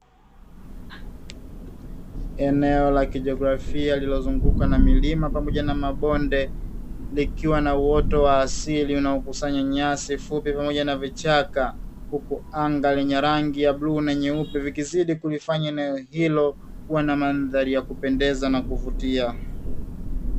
Eneo la kijografia lililozungukwa na milima pamoja na mabonde likiwa na uoto wa asili, unaokusanya nyasi fupi pamoja na vichaka huku anga lenye rangi ya bluu na nyeupe, vikizidi kulifanya eneo hilo kuwa na mandhari ya kupendeza na kuvutia.